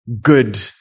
good